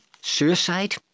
suicide